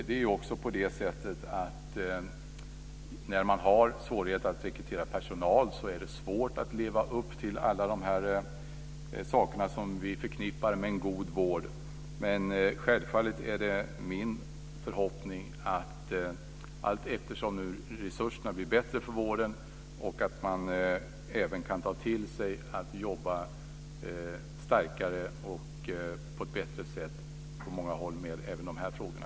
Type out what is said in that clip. Det är ju också på det sättet att det är svårt att leva upp till alla de här sakerna, som vi förknippar med en god vård, när man har svårigheter att rekrytera personal. Men självfallet är det min förhoppning att man, allteftersom resurserna blir bättre för vården, även kan ta till sig det här och jobba starkare och på ett bättre sätt på många håll med även de här frågorna.